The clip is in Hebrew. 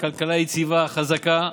מבחינת כלכלה יציבה, חזקה.